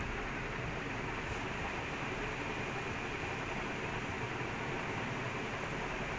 ya ya dude dude they substitute half time ah